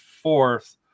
fourth